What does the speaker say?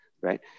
right